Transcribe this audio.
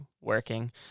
working